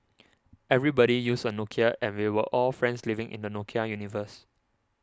everybody used a Nokia and we were all friends living in the Nokia universe